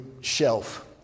shelf